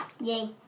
Yay